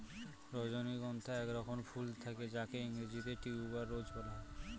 রজনীগন্ধা এক রকমের ফুল যাকে ইংরেজিতে টিউবার রোজ বলা হয়